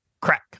crack